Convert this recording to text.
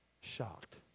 shocked